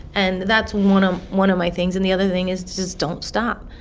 and that's one ah one of my things. and the other thing is just don't stop.